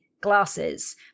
glasses